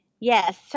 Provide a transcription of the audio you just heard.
Yes